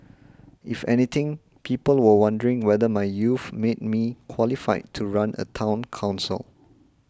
if anything people were wondering whether my youth made me qualified to run a Town Council